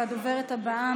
הדוברת הבאה,